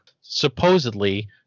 supposedly